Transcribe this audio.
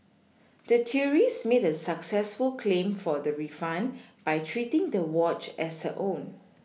the tourist made a successful claim for the refund by treating the watch as her own